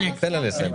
רגע, תן לה לסיים.